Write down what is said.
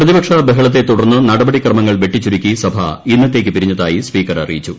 പ്രതിപക്ഷ ബഹളത്തെ തുടർന്ന് നടപടിക്രമങ്ങൾ വെട്ടിച്ചുരുക്കി സഭ ഇന്നത്തേയ്ക്ക് പിരിഞ്ഞതായി സ്പീക്കർ അറിയിച്ചു